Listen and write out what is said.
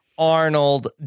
Arnold